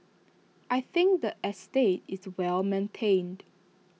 I think the estate is well maintained